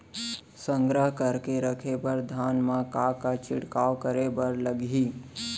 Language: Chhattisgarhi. संग्रह करके रखे बर धान मा का का छिड़काव करे बर लागही?